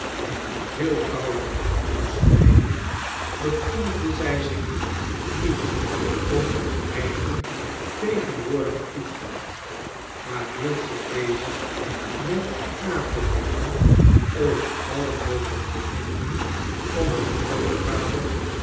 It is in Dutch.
veel koude moest lijden bekommerde zij zich niet om haar eigen tegenwoordigen toestand maar hield zich bezig met na te denken over alle mogelijke middelen om haar grootvader